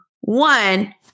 one